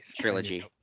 trilogy